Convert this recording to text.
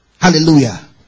Hallelujah